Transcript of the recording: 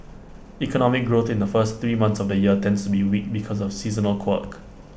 economic growth in the first three months of the year tends to be weak because of A seasonal quirk